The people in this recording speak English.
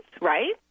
right